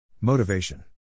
Motivation